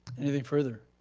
anything further?